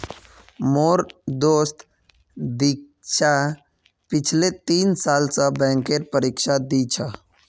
मोर दोस्त दीक्षा पिछले तीन साल स बैंकेर परीक्षा दी छ